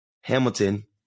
Hamilton